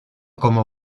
como